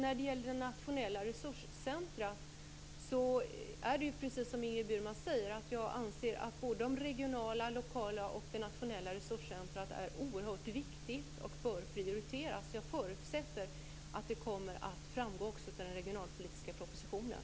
Jag anser, precis som Ingrid Burman säger, att såväl de regionala och lokala som det nationella resurscentrumet är oerhört viktiga och bör prioriteras. Jag förutsätter att det också kommer att framgå av den regionalpolitiska propositionen.